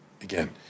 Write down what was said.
again